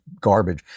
garbage